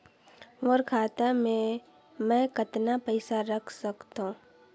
मोर खाता मे मै कतना पइसा रख सख्तो?